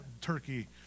turkey